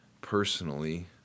personally